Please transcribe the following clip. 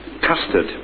Custard